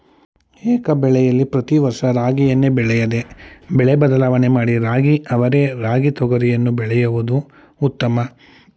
ಏಕಬೆಳೆಲಿ ಪ್ರತಿ ವರ್ಷ ರಾಗಿಯನ್ನೇ ಬೆಳೆಯದೆ ಬೆಳೆ ಬದಲಾವಣೆ ಮಾಡಿ ರಾಗಿ ಅವರೆ ರಾಗಿ ತೊಗರಿಯನ್ನು ಬೆಳೆಯೋದು ಉತ್ತಮ